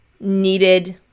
needed